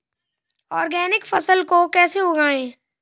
Organic फसल को कैसे उगाएँ?